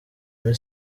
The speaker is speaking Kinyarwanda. muri